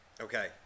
okay